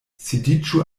sidiĝu